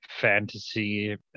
fantasy